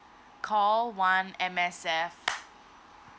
call one M_S_F